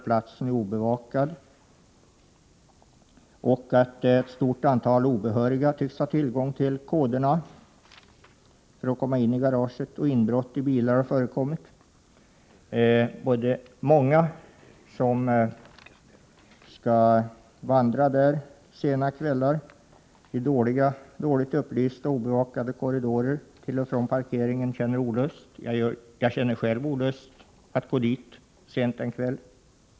Platsen är obevakad, ett stort antal obehöriga tycks ha tillgång till koderna för att komma in i garaget, och inbrott i bilar har förekommit.” Många som skall gå dit under sena kvällar i dåligt upplysta och obevakade korridorer känner olust. Jag känner själv olust över att gå dit sent på kvällen.